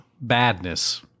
badness